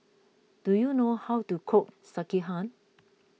do you know how to cook Sekihan